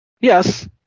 Yes